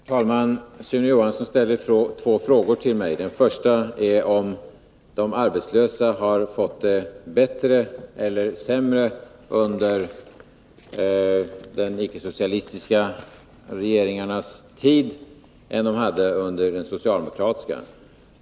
Herr talman! Sune Johansson ställer två frågor till mig. Den första är om de arbetslösa har fått det bättre eller sämre under de icke-socialistiska regeringarnas tid än de hade under socialdemokratisk regeringstid.